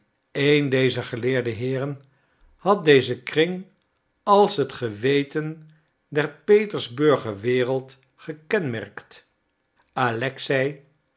een dezer geleerde heeren had dezen kring als het geweten der petersburger wereld gekenmerkt